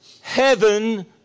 heaven